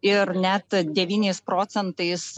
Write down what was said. ir net devyniais procentais